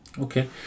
okay